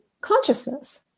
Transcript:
consciousness